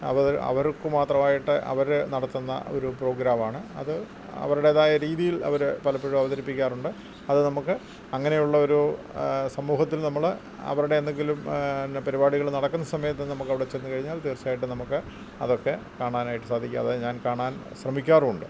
അവ അവർക്ക് മാത്രമായിട്ട് അവർ നടത്തുന്ന ഒരു പ്രോഗ്രാം ആണ് അത് അവരുടേതായ രീതിയിൽ അവർ പലപ്പോഴും അവതരിപ്പിക്കാറുണ്ട് അത് നമുക്ക് അങ്ങനെയുള്ള ഒരു സമൂഹത്തിൽ നമ്മൾ അവരുടെ എന്തെങ്കിലും പിന്നെ പരിപാടികൾ നടക്കുന്ന സമയത്ത് നമുക്ക് അവിടെ ചെന്ന് കഴിഞ്ഞാൽ തീർച്ചയായിട്ടും നമുക്ക് അതൊക്കെ കാണാനായിട്ട് സാധിക്കും അത് ഞാൻ കാണാൻ ശ്രമിക്കാറുമുണ്ട്